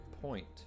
point